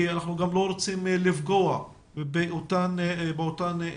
אנחנו גם לא רוצים לפגוע באותן מסגרות.